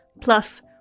Plus